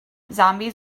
zombies